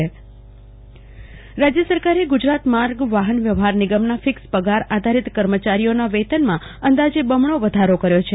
કુલ્પના શાહ વેતનમાં વધારો રાજ્ય સરકારે ગુજરાત માર્ગ વાહન વ્યવહાર નિગમના ફિકસ પગાર આધારિત કર્મચારીઓના વેતનમાં અંદાજે બમણો વધારો કર્યો છે